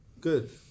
good